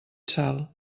salt